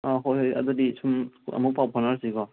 ꯑꯥ ꯍꯣꯏ ꯍꯣꯏ ꯑꯗꯨꯗꯤ ꯁꯨꯝ ꯑꯃꯨꯛ ꯄꯥꯎ ꯐꯥꯎꯅꯔꯁꯤꯀꯣ